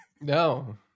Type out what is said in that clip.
No